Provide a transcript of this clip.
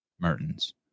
Mertens